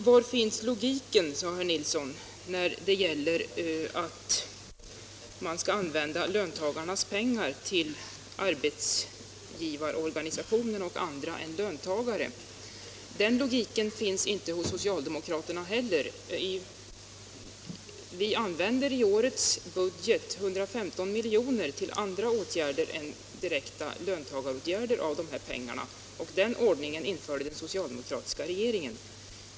Var finns logiken när det gäller att använda löntagarnas pengar till arbetsgivarorganisationer och andra än löntagare? frågade herr Nilsson. Den logiken finns i varje fall inte hos socialdemokraterna. Vi använder i årets budget 115 milj.kr. av löntagarnas pengar till andra åtgärder än direkta löntagaråtgärder, och den ordningen införde den socialdemokratiska regeringen.